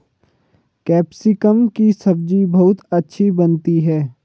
capsicum की सब्जी बहुत अच्छी बनती है